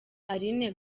aline